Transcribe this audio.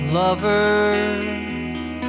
lovers